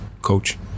coach